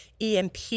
EMP